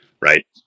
right